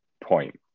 point